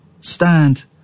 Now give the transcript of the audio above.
stand